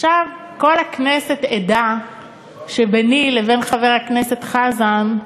כל הכנסת עדה שביני לבין חבר הכנסת חזן,